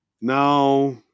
Now